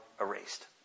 erased